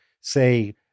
say